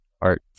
art